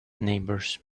neighbors